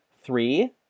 three